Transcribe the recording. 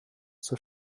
zur